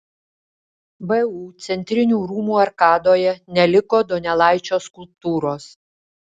vu centrinių rūmų arkadoje neliko donelaičio skulptūros